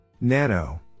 Nano